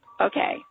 Okay